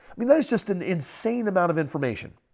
i mean that is just an insane amount of information.